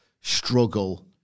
struggle